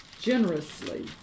generously